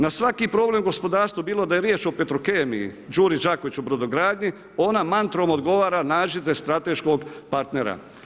Na svaki problem u gospodarstvu bilo da je riječ o Petrokemiji, Đuri Đakoviću, brodogradnji ona mantrom odgovara nađite strateškog partnera.